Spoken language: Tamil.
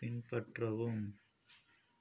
பின்பற்றவும்